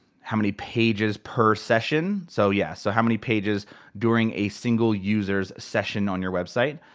how many pages per session. so yeah, so how many pages during a single user's session on your website.